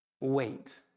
wait